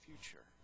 future